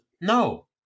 No